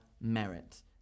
Merit